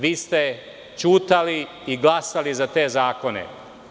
Vi ste ćutali i glasali za te zakone.